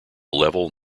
level